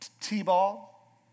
T-Ball